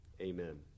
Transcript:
Amen